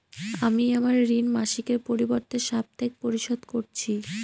আমি আমার ঋণ মাসিকের পরিবর্তে সাপ্তাহিক পরিশোধ করছি